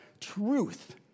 truth